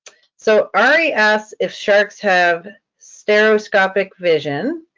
so i asked if sharks have stereoscopic vision.